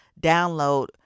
download